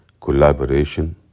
collaboration